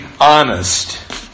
honest